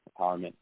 empowerment